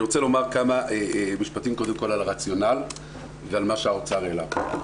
רוצה לומר כמה משפטים קודם כל על הרציונל ועל מה שהאוצר העלה כאן.